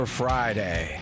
friday